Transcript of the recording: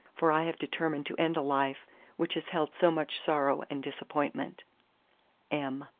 for i have determined to end a life which has held so much sorrow and disappointment m.